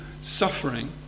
suffering